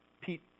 Pete